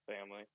family